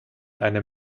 einem